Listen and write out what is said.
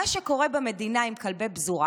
מה שקורה במדינה עם כלבי פזורה,